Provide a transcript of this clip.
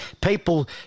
people